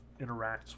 interacts